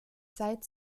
seit